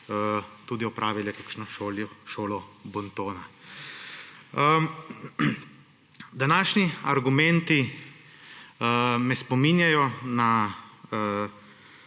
tudi opravile kakšno šolo bontona. Današnji argumenti me spominjajo na